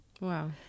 Wow